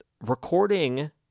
Recording